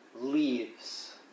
leaves